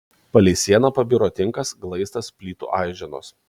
palei sieną pabiro tinkas glaistas plytų aiženos